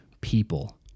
people